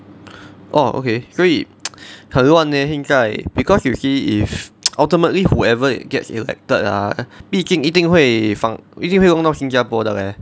orh okay 所以很乱 leh 现在 because you see if ultimately whoever gets elected ah 毕竟一定会放一定会弄到新加坡的 leh